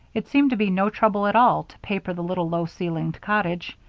it seemed to be no trouble at all to paper the little low-ceilinged cottage,